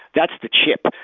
that's the chip,